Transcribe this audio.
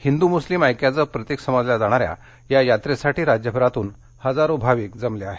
हिंदू मुस्लीम ऐक्याचं प्रतीक समजल्या जाणाऱ्या या यात्रेसाठी राज्यभरातून हजारो भाविक जमले आहेत